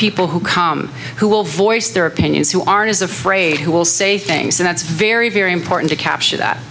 people who come who will voice their opinions who aren't as afraid who will say things and it's very very important to capture that